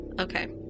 Okay